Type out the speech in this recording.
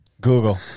Google